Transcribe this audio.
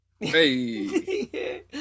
Hey